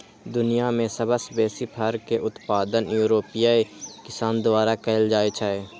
दुनिया मे सबसं बेसी फर के उत्पादन यूरोपीय किसान द्वारा कैल जाइ छै